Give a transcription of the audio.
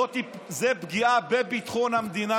זו פגיעה בביטחון המדינה,